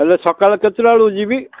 ହେଲେ ସକାଳ କେତେଟା ବେଳକୁ ଯିବି